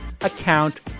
account